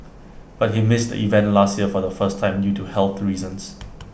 but he missed the event last year for the first time due to health reasons